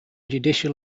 judicial